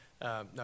No